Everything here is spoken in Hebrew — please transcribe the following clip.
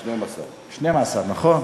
12. 12, נכון?